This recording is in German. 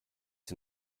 sie